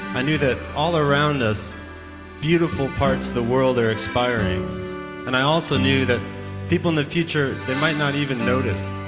i knew that all around us beautiful parts of the world are expiring and i also knew that people in the future, they might not even notice.